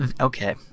okay